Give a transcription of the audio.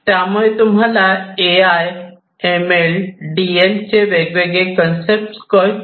त्यामुळे तुम्हाला A I M L D L चे वेगवेगळे कन्सेप्ट कळतील